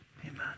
Amen